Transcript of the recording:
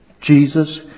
Jesus